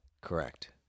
Correct